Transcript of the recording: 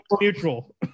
neutral